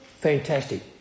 fantastic